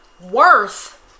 Worth